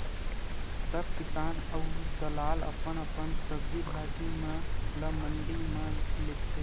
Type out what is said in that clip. सब किसान अऊ दलाल अपन अपन सब्जी भाजी म ल मंडी म लेगथे